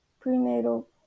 prenatal